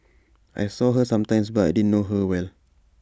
I saw her sometimes but I didn't know her well